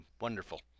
Wonderful